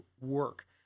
work